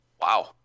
Wow